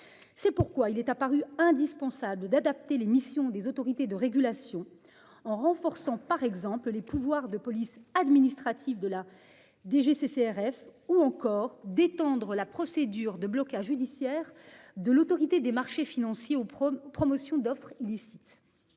C'est pourquoi il est apparu indispensable d'adapter les missions des autorités de régulation en renforçant, par exemple les pouvoirs de police administrative de la DGCCRF ou encore d'étendre la procédure de blocage judiciaire de l'Autorité des marchés financiers aux promotion d'offres illicite.